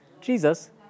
jesus